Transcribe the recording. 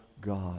God